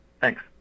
Thanks